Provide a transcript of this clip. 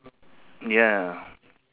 ya